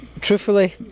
Truthfully